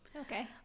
Okay